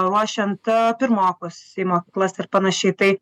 ruošiant ee pirmokus į mokyklas ir panašiai tai